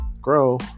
grow